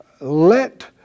Let